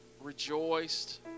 rejoiced